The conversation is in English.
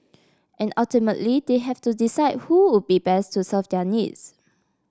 and ultimately they have to decide who would best to serve their needs